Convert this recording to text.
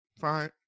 Fine